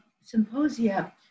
symposia